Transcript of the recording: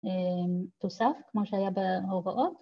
תוסף כמו שהיה בהוראות